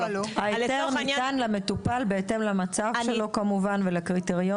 ההיתר ניתן למטופל בהתאם למצב שלו ולקריטריונים.